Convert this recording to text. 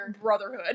brotherhood